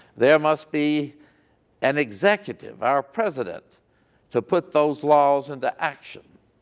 there must be an executive our president to put those laws into action.